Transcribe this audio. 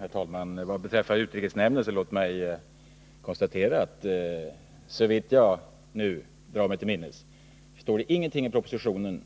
Herr talman! Låt mig vad beträffar utrikesnämnden konstatera att det såvitt jag nu drar mig till minnes inte står någonting i propositionens